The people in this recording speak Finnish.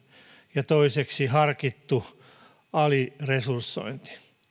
ja toiseksi harkitun aliresursoinnin